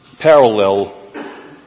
parallel